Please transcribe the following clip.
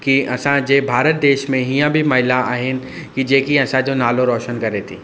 की असांजे भारत देश में हीअं बि महिला आहिनि की जेकी असांजो नालो रोशन करे थी